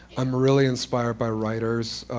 i'm really inspired by writers,